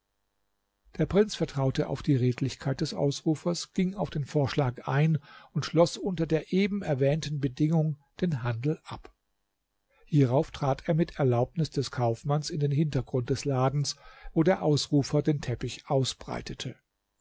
der prinz vertraute auf die redlichkeit des ausrufers ging den vorschlag ein und schloß unter der eben erwähnten bedingung den handel ab hierauf trat er mit erlaubnis des kaufmanns in den hintergrund des ladens wo der ausrufer den teppich ausbreitete